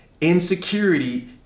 Insecurity